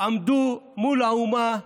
עמדו מול האומה,